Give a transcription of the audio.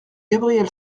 gabriel